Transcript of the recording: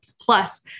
Plus